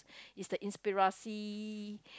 is the inspirasi